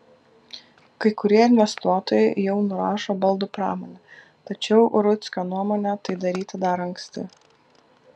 kai kurie investuotojai jau nurašo baldų pramonę tačiau rudzkio nuomone tai daryti dar anksti